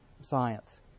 science